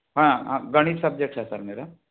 हाँ हाँ गणित सब्जेक्ट है सर मेरा